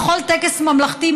בכל טקס ממלכתי,